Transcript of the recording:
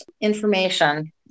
information